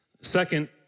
Second